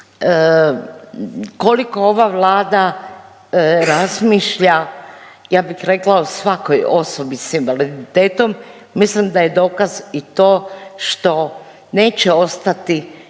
Koliko ova Vlada razmišlja, ja bih rekla o svakoj osobi s invaliditetom mislim da je dokaz i to što neće ostati